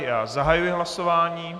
Já zahajuji hlasování.